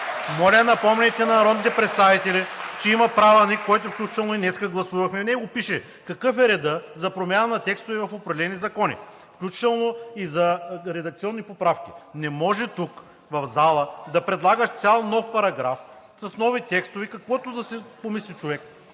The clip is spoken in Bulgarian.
Моля, напомняйте на народните представители, че има Правилник, който включително и днес гласувахме и в него пише какъв е редът за промяна на текстове в определени закони, включително и за редакционни поправки. Не може тук в залата да предлагаш цял нов параграф с нови текстове, каквото и да си помисли човек